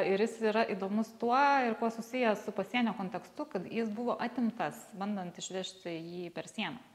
ir jis yra įdomus tuo ir kuo susijęs su pasienio kontekstu kad jis buvo atimtas bandant išvežti jį per sieną